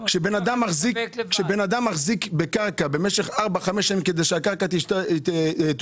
בן אדם מחזיק בקרקע במשך ארבע-חמש שנים כדי שהקרקע תושבח,